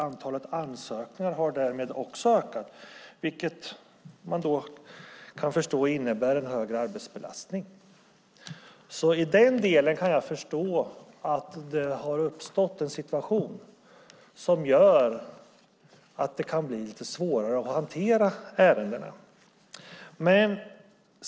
Antalet ansökningar har därmed också ökat, vilket förstås innebär en högre arbetsbelastning. I denna del kan jag förstå att det har uppstått en situation som gör att det kan bli svårare att hantera ärendena.